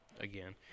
again